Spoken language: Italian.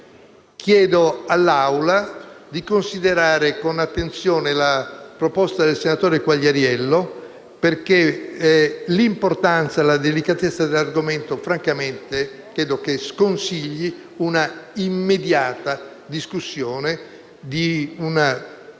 Chiedo all'Assemblea di considerare con attenzione la proposta del senatore Quagliariello perché l'importanza e la delicatezza dell'argomento francamente credo che sconsiglino l'immediata discussione di un